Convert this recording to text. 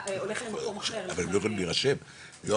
לא,